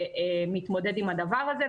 שמתמודד עם הדבר הזה.